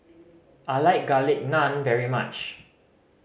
I like Garlic Naan very much